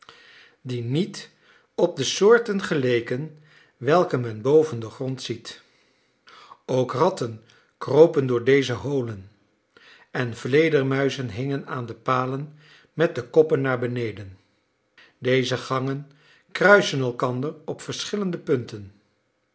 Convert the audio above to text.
die niet op de soorten geleken welke men boven den grond ziet ook ratten kropen door deze holen en vledermuizen hingen aan de palen met de koppen naar beneden deze gangen kruisen elkander op verschillende punten